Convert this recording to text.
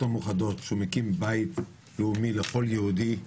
המאוחדות שהוא מקים בית לאומי לכל יהודי,